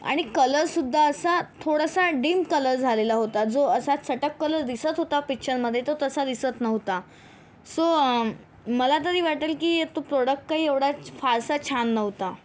आणि कलरसुद्धा असा थोडासा डीम कलर झालेला होता जो असा चटक कलर दिसत होता पिच्चरमधे तो तसा दिसत नव्हता सो मला तरी वाटेल की तो प्रोडक्ट काही एवढा फारसा छान नव्हता